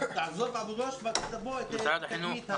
שתעזוב את אבו גוש ותבוא לחיפה,